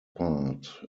part